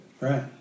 Right